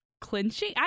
Clinching